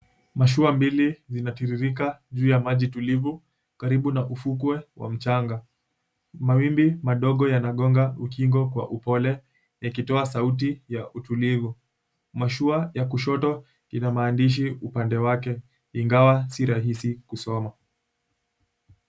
Mashua mbili zinatiririka juu maji tulivu karibu na ufukwe wa mchanga, mawimbi madogo yanagonga ukingo kwa upole yakitoa sauti ya utilivu. Mashua ya kushoto ina maandishi upande wake ingawa si rahisi kusoma.